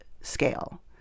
scale